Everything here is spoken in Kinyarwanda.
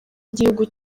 igihugu